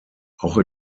auch